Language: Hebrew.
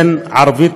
שהן ערבית,